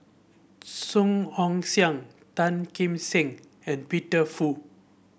Song Ong Siang Tan Kim Seng and Peter Fu